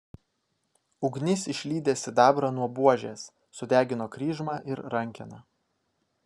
ugnis išlydė sidabrą nuo buožės sudegino kryžmą ir rankeną